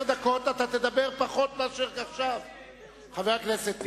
עשר דקות אתה תדבר, חבר הכנסת טיבי.